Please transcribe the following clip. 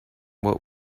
what